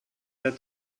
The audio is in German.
der